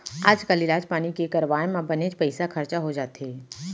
आजकाल इलाज पानी के करवाय म बनेच पइसा खरचा हो जाथे